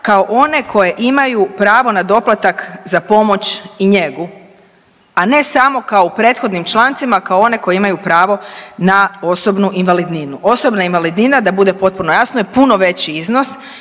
kao one koje imaju pravo na doplatak za pomoć i njegu, a ne samo kao u prethodnim člancima kao one koji imaju pravo na osobnu invalidninu. Osobna invalidnina da bude potpuno jasno je puno veći iznos